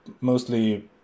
mostly